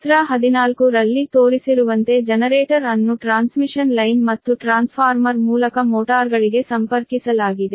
ಚಿತ್ರ 14 ರಲ್ಲಿ ತೋರಿಸಿರುವಂತೆ ಜನರೇಟರ್ ಅನ್ನು ಟ್ರಾನ್ಸ್ಮಿಷನ್ ಲೈನ್ ಮತ್ತು ಟ್ರಾನ್ಸ್ಫಾರ್ಮರ್ ಮೂಲಕ ಮೋಟಾರ್ಗಳಿಗೆ ಸಂಪರ್ಕಿಸಲಾಗಿದೆ